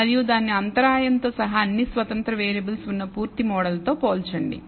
మరియు దానిని అంతరాయం తో సహా అన్ని స్వతంత్ర వేరియబుల్ ఉన్న పూర్తి మోడల్ తో పోల్చండి